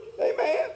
Amen